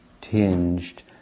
tinged